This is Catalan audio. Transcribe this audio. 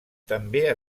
també